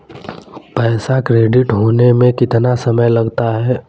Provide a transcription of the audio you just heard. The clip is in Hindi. पैसा क्रेडिट होने में कितना समय लगता है?